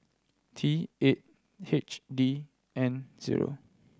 T eight H D N zero